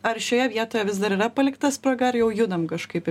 ar šioje vietoje vis dar yra palikta spraga ar jau judame kažkaip